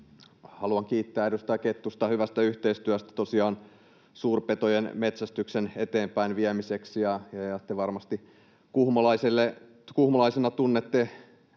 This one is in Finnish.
Haluan kiittää edustaja Kettusta hyvästä yhteistyöstä tosiaan suurpetojen metsästyksen eteenpäin viemiseksi. Varmasti kuhmolaisena tunnette